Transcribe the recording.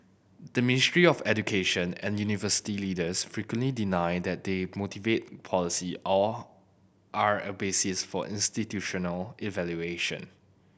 the Ministry of Education and university leaders frequently deny that they motivate policy or are a basis for institutional evaluation